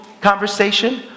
conversation